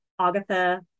Agatha